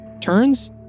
turns